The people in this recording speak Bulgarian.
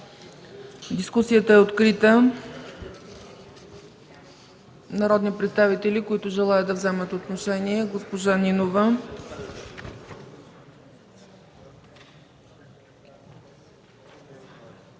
Дискусията е открита. Народни представители, които желаят да вземат отношение? Госпожа Нинова.